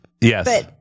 Yes